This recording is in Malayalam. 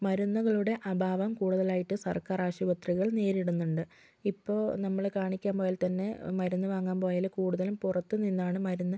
മരുന്നുകളുടെ അഭാവം കൂടുതലായിട്ട് സർക്കാർ ആശുപത്രികൾ നേരിടുന്നുണ്ട് ഇപ്പോൾ നമ്മള് കാണിക്കാൻ പോയാൽ തന്നെ മരുന്ന് വാങ്ങാൻ പോയാലും കുടുതലും പുറത്ത് നിന്ന് ആണ് മരുന്ന്